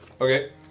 Okay